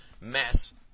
mess